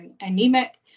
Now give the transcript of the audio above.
anemic